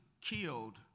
killed